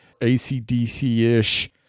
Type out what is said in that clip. ACDC-ish